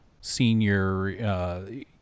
senior